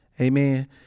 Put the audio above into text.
Amen